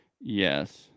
Yes